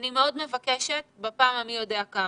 אני מאוד מבקשת בפעם המי יודע כמה,